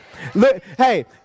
Hey